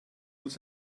uns